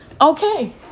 Okay